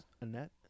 Annette